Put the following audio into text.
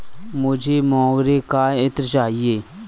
मुझे मोगरे का इत्र चाहिए